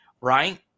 right